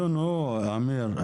אמיר,